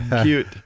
Cute